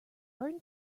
burn